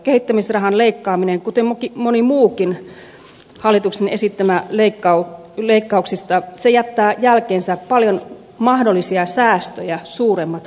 kehittämisrahan leikkaaminen kuten moni muukin hallituksen esittämistä leikkauksista jättää jälkeensä mahdollisia säästöjä paljon suuremmat vahingot